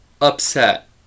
upset